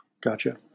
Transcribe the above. Gotcha